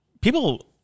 People